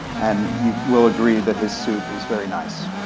and you will agree that his suit is very nice.